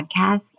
podcast